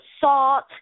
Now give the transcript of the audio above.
salt